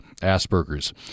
Asperger's